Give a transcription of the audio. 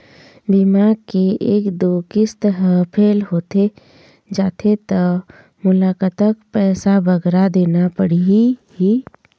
बीमा के एक दो किस्त हा फेल होथे जा थे ता मोला कतक पैसा बगरा देना पड़ही ही?